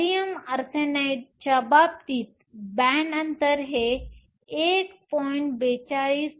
gallium आर्सेनाइडच्या बाबतीत band अंतर हे 1